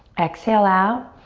exhale out.